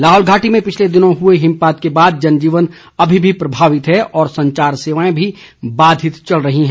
लाहौल घाटी में पिछले दिनों हुए हिमपात के बाद जनजीवन अभी भी प्रभावित बना हुआ है और संचार सेवाएं भी बाधित चल रही हैं